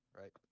Right